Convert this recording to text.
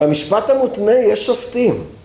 במשפט המותנה יש שופטים.